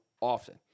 often